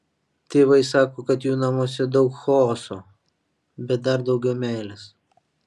tėvai sako kad jų namuose daug chaoso bet dar daugiau meilės